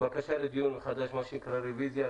בקשה לדיון מחדש, מה שנקרא רוויזיה.